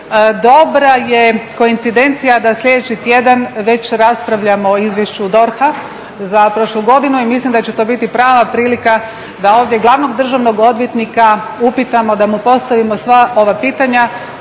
Dobra je koincidencija da sljedeći tjedan već raspravljamo o izvješću DORH-a za prošlu godinu i mislim da će to biti prava prilika da ovdje Glavnog državnog odvjetnika upitamo, da mu postavimo sva ova pitanja,